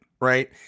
Right